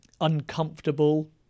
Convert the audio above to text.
uncomfortable